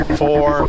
four